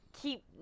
keep